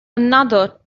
another